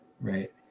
right